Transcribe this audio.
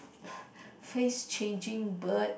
face changing bird